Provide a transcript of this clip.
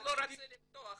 אתה לא רוצה לפתוח,